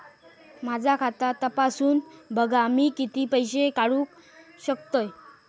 माझा खाता तपासून बघा मी किती पैशे काढू शकतय?